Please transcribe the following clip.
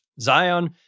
Zion